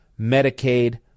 Medicaid